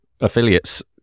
affiliates